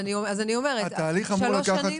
שלוש שנים?